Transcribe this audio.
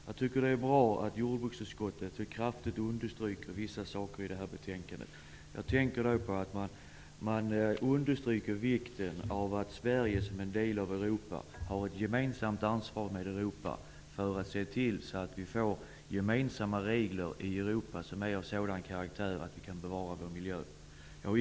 Herr talman! Det är bra att jordbruksutskottet så kraftigt understryker vissa saker i betänkandet. Jag tänker på vikten av att Sverige som en del av Europa har ett med det övriga Europa delat ansvar för att se till att vi i Europa får gemensamma regler av sådan karaktär att vi kan bevara vår miljö.